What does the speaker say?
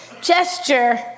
gesture